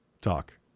Talk